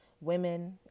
women